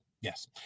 Yes